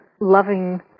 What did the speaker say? loving